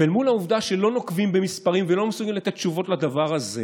ואל מול העובדה שלא נוקבים במספרים ולא מסוגלים לתת תשובות לדבר הזה,